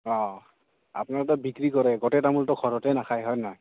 অঁ আপোনাৰ ত' বিক্ৰী কৰে গোটেই তামোলটো ঘৰতে নাখায় হয় নে নহয়